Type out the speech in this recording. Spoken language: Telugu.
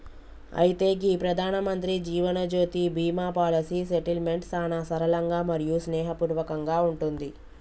అయితే గీ ప్రధానమంత్రి జీవనజ్యోతి బీమా పాలసీ సెటిల్మెంట్ సానా సరళంగా మరియు స్నేహపూర్వకంగా ఉంటుంది